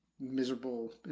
Miserable